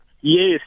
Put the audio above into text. Yes